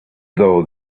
though